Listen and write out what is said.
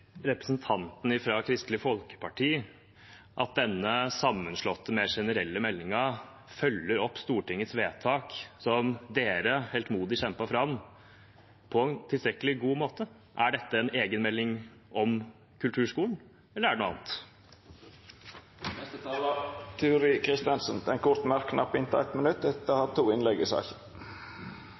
representanten fra Kristelig Folkeparti at denne sammenslåtte, mer generelle meldingen følger opp Stortingets vedtak, som partiet heltemodig kjempet fram, på en tilstrekkelig god måte? Er dette en egen melding om kulturskolen, eller er det noe annet? Representanten Turid Kristensen har hatt ordet to gonger tidlegare og får ordet til ein kort merknad, avgrensa til 1 minutt.